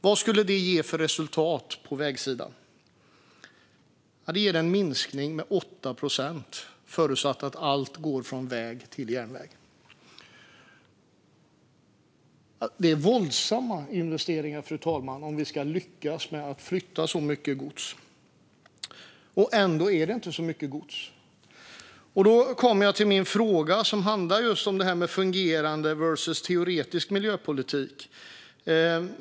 Vad skulle det ge för resultat på vägsidan? Det ger en minskning med 8 procent, förutsatt att allt går från väg till järnväg. Det handlar om våldsamma investeringar om vi ska lyckas med att flytta så mycket gods. Och ändå är det inte så mycket gods. Då kommer jag till min fråga, som handlar om just detta med fungerande versus teoretisk miljöpolitik.